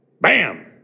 Bam